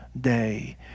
day